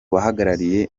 bahagarariye